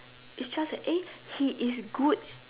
is just eh he is good